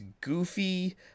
goofy